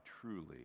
truly